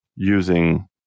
using